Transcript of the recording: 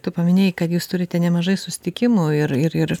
tu paminėjai kad jūs turite nemažai susitikimų ir ir ir